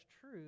true